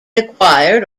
acquired